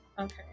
Okay